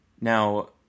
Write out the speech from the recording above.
Now